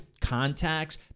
contacts